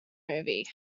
movie